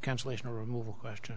cancellation removal question